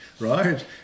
right